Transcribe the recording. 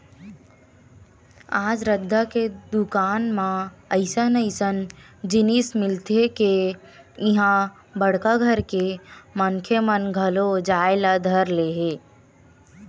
आज रद्दा के दुकान म अइसन अइसन जिनिस मिलथे के इहां बड़का घर के मनखे मन घलो जाए ल धर ले हे